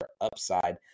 upside